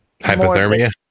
hypothermia